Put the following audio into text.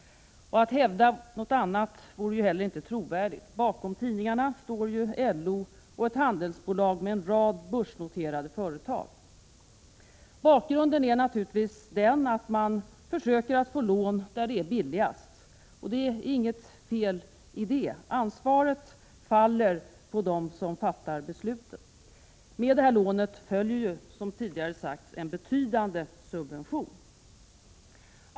Att hävda något annat vore heller inte trovärdigt. Bakom tidningarna står ju LO och ett handelsbolag med en rad börsnoterade företag. Bakgrunden är naturligtvis den att man försöker få lån där det är billigast. Det är inget fel i det. Ansvaret faller på dem som fattar besluten. Med detta lån följer, som tidigare sagts, en betydande subvention.